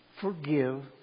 forgive